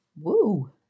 Woo